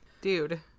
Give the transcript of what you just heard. Dude